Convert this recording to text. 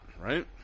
right